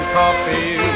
coffee